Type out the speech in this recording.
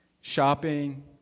shopping